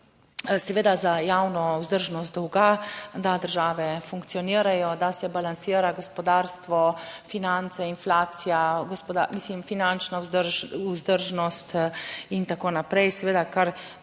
seveda za javno vzdržnost dolga, da države funkcionirajo, da se balansira gospodarstvo, finance, inflacija, mislim finančna vzdržnost in tako naprej, seveda kar